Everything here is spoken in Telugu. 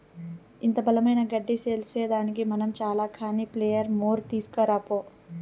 ఇంత బలమైన గడ్డి సీల్సేదానికి మనం చాల కానీ ప్లెయిర్ మోర్ తీస్కరా పో